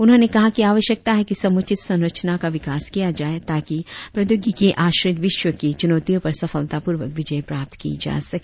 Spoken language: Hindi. उन्होंने कहा कि आवश्यकता है कि समुचित संरचना का विकास किया जाये ताकि प्रौद्योगिकी आश्रित विश्व की चुनौतियों पर सफलतापूर्वक विजय प्राप्त की जा सके